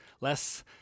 less